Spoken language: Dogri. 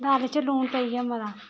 दाली च लून पेई गेआ मता